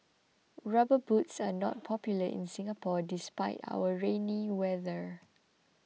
rubber boots are not popular in Singapore despite our rainy weather